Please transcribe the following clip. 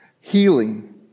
healing